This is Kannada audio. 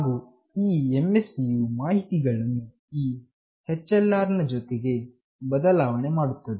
ಹಾಗು ಈ MSC ಯು ಮಾಹಿತಿಯನ್ನು ಈ HLR ನ ಜೊತೆಗೆ ಬದಲಾವಣೆ ಮಾಡುತ್ತದೆ